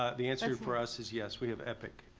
ah the answer for us is yes, we have epic,